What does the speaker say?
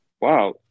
wow